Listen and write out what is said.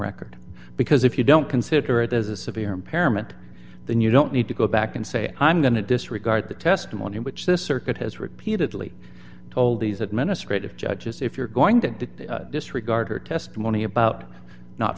record because if you don't consider it as a severe impairment then you don't need to go back and say i'm going to disregard the testimony which this circuit has repeatedly told these administrative judges if you're going to disregard her testimony about not